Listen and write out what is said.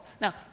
Now